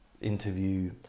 interview